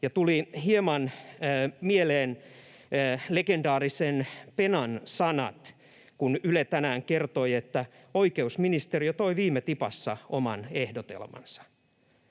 tuli hieman mieleen legendaarisen Penan sanat, kun Yle tänään kertoi, että oikeusministeriö toi viime tipassa oman ehdotelmansa.